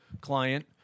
client